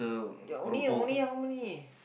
ya only only how many